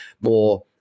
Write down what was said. more